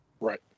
Right